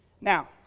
Now